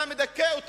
אתה מדכא אותם,